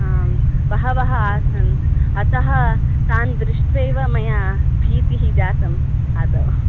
आम् बहवः आसन् अतः तान् दृष्ट्वैव मया भीतिः जातम् आदौ